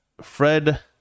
Fred